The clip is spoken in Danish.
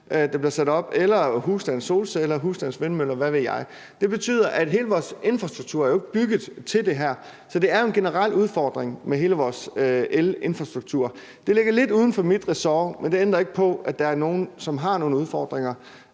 eller via husstandssolceller eller husstandsvindmøller, hvad ved jeg. Hele vores infrastruktur er jo ikke bygget til det her, så det betyder, at det er en generel udfordring af hele vores elinfrastruktur. Det ligger lidt uden for mit ressort, men det ændrer ikke på, at der er nogen, der har nogle udfordringer,